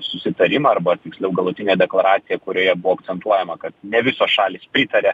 susitarimą arba tiksliau galutinę deklaraciją kurioje buvo akcentuojama kad ne visos šalys pritaria